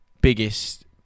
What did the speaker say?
biggest